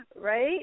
right